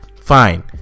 fine